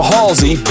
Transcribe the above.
Halsey